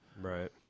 Right